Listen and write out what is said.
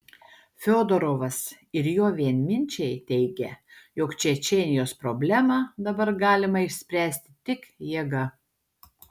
fiodorovas ir jo vienminčiai teigia jog čečėnijos problemą dabar galima išspręsti tik jėga